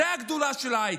זאת הגדולה של ההייטק,